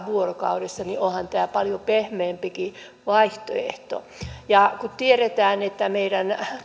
vuorokaudessa ja onhan tämä paljon pehmeämpikin vaihtoehto tiedetään että meidän